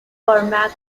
cormac